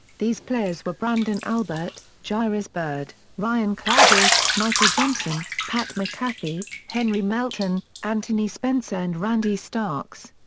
these players were brandon albert, jairus byrd, ryan clady, michael johnson, pat mcafee, henry melton, anthony spencer and randy starks.